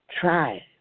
Try